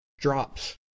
drops